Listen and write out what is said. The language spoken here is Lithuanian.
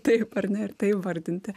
taip ar ne ir tai įvardinti